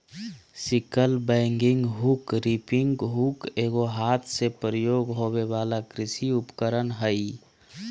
sickle bagging hook, reaping hook एगो हाथ से प्रयोग होबे वला कृषि उपकरण हइ